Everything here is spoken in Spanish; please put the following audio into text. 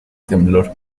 temblor